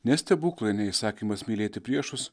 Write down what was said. ne stebuklai ne įsakymas mylėti priešus